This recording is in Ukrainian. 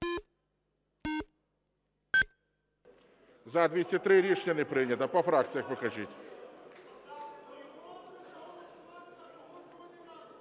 За-203 Рішення не прийнято. По фракціях покажіть.